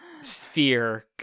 sphere